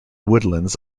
woodlands